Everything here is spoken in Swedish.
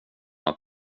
att